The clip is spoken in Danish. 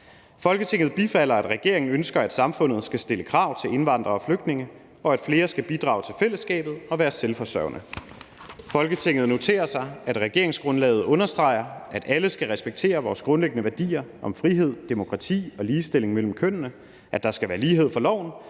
Folketinget bifalder, at regeringen ønsker, at samfundet skal stille krav til indvandrere og flygtninge, og at flere skal bidrage til fællesskabet og være selvforsørgende. Folketinget noterer sig, at regeringsgrundlaget understreger, at alle skal respektere vores grundlæggende værdier om frihed, demokrati og ligestilling mellem kønnene, at der skal være lighed for loven,